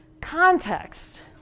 context